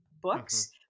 books